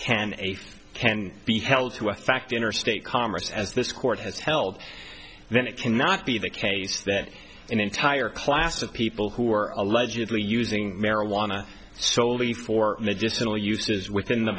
a can be held to a fact interstate commerce as this court has held then it cannot be the case that an entire class of people who are allegedly using marijuana solely for medicinal uses within the